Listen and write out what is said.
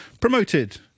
promoted